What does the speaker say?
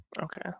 Okay